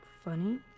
Funny